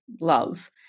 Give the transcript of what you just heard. Love